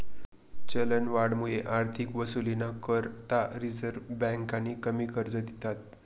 चलनवाढमुये आर्थिक वसुलीना करता रिझर्व्ह बँकेनी कमी कर्ज दिधात